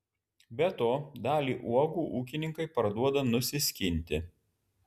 be to dalį uogų ūkininkai parduoda nusiskinti